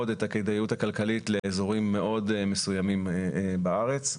את הכדאיות הכלכלית לאזורים מאוד מסוימים בארץ.